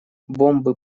бомбы